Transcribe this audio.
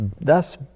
Thus